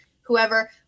whoever